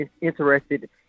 interested